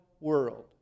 world